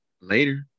Later